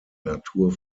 natur